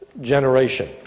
generation